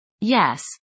Yes